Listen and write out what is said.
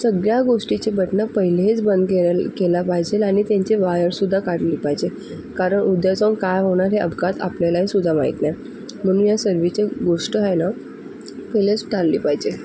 सगळ्या गोष्टीची बटणं पहिलेच बंद केलेलं केला पाहिजे आणि त्यांचे वायरसुद्धा काढली पाहिजे कारण उद्या जाऊन काय होणार आहे अपघात आपल्याला हेसुद्धा माहीत नाही म्हणून या सर्व ज्या गोष्ट आहे ना पहिलेच ठानली पाहिजे